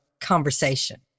conversation